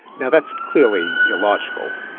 now that's clearly illogical,